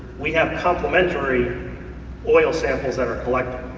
we have complimentary oil samples that are collected.